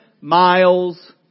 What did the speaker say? miles